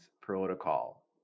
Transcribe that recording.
protocol